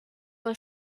wohl